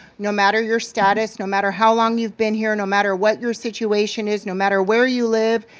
no matter your status, no matter how long you've been here, no matter what your situation is, no matter where you live,